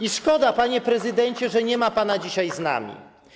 I szkoda, panie prezydencie, że nie ma pana dzisiaj z nami.